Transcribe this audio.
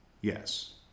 Yes